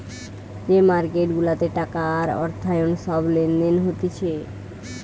যে মার্কেট গুলাতে টাকা আর অর্থায়ন সব লেনদেন হতিছে